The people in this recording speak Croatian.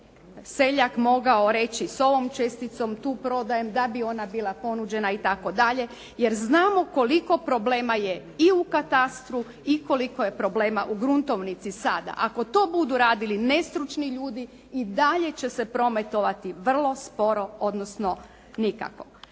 seljak mogao reći s ovom česticom tu prodajem da bi ona bila ponuđena itd. jer znamo koliko problema je i u katastru i koliko je problema u Gruntovnici sada. Ako to budu radili nestručni ljudi i dalje će se prometovati vrlo sporo, odnosno nikako.